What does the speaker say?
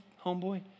homeboy